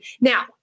Now